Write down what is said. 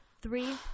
Three